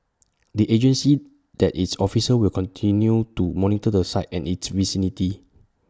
the agency that its officers will continue to monitor the site and its vicinity